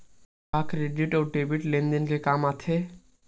का क्रेडिट अउ डेबिट लेन देन के काम आथे?